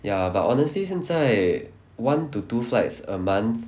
ya but honestly 现在 one to two flights a month